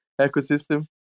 ecosystem